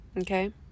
Okay